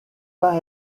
pas